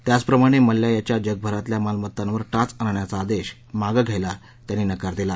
त्याचप्रमाणे मल्ल्या याच्या जगभरातल्या मालमतेतांवर टाच आणण्याचा आदेश मागं घ्यायला नकार दिला